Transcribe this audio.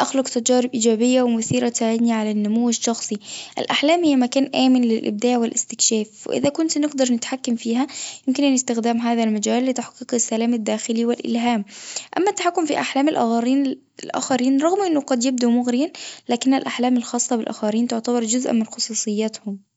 أطلب تجارب ايجابية ومثيرة تساعدني على النمو الشخصي، الأحلام هي مكان آمن للإبداع والاستكشاف، وإذا كنت نقدر نتحكم فيها يمكن أن استخدام هذا المجال لتحقيق السلام الداخلي والإلهام، أما التحكم في أحلام الآغرين- الآخرين رغم إنه قد يبدو مغريًا لكن الأحلام الخاصة بالآخرين تعتبر جزء من خصوصيتهم.